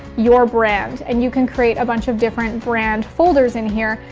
your brand. and you can create a bunch of different brand folders in here,